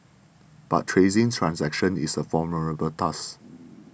but tracing transactions is a formidable task